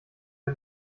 der